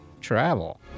travel